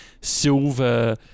silver